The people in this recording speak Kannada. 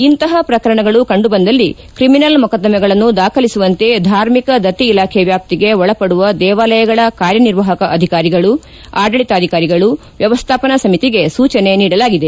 ಇಂತಪ ಪ್ರಕರಣಗಳು ಕಂಡು ಬಂದಲ್ಲಿ ತ್ರಿಮಿನಲ್ ಮೊಕದ್ದಮೆಗಳನ್ನು ದಾಖಲಿಸುವಂತೆ ಧಾರ್ಮಿಕ ದತ್ತಿ ಇಲಾಖೆ ವ್ಯಾಪ್ತಿಗೆ ಒಳಪಡುವ ದೇವಾಲಯಗಳ ಕಾರ್ಯನಿರ್ವಾಹಕ ಅಧಿಕಾರಿಗಳು ಆಡಳಿತಾಧಿಕಾರಿಗಳು ವ್ಯವಸ್ಥಾಪನಾ ಸಮಿತಿಗೆ ಸೂಚನೆ ನೀಡಲಾಗಿದೆ